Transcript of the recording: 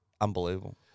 unbelievable